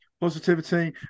positivity